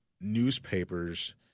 Newspapers –